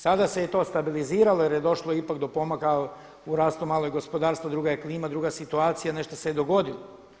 Sada se je to stabiliziralo jer je došlo ipak do pomaka u rastu malog gospodarstva, druga je klima, druga situacija, nešto se je dogodilo.